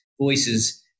voices